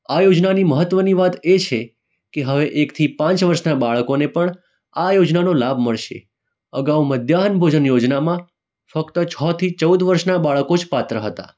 આ યોજનાની મહત્ત્વની વાત એ છે કે હવે એકથી પાંચ વર્ષનાં બાળકોને પણ આ યોજનાનો લાભ મળશે અગાઉ મધ્યાહન ભોજન યોજનામાં ફક્ત છથી ચૌદ વર્ષનાં બાળકો જ પાત્ર હતાં